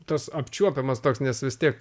tas apčiuopiamas toks nes vis tiek